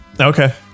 Okay